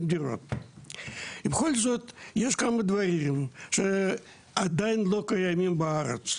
דירות ובכל זאת יש כמה דברים שעדיין לא קיימים בארץ,